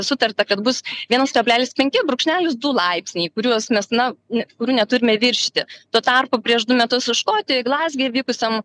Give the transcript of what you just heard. sutarta kad bus vienas kablelis penki brūkšnelis du laipsniai kuriuos mes na kurių neturime viršyti tuo tarpu prieš du metus škotijoj glazge vykusiam